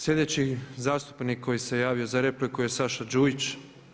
Sljedeći zastupnik koji se javio za repliku je Saša Đujić.